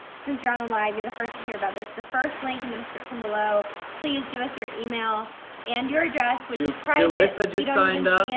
since you're on the live, you're the first to hear about this, the first link in the description below, please give us your e-mail and your address, which is private. jalissa just signed up,